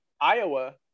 iowa